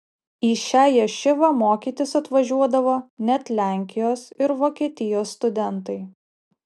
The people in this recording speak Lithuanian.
į šią ješivą mokytis atvažiuodavo net lenkijos ir vokietijos studentai